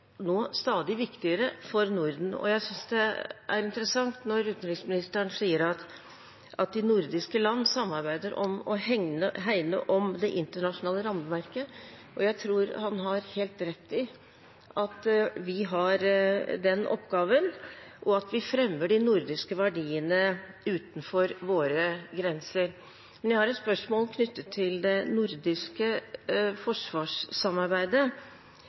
nå stadig viktigere for Norden, og jeg synes det er interessant når utenriksministeren sier at de nordiske land samarbeider om å hegne om det internasjonale rammeverket. Jeg tror han har helt rett i at vi har den oppgaven, og at vi fremmer de nordiske verdiene utenfor våre grenser. Jeg har et spørsmål knyttet til det nordiske forsvarssamarbeidet.